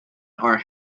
are